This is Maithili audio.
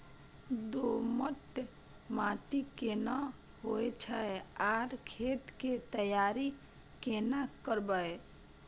दोमट माटी केहन होय छै आर खेत के तैयारी केना करबै?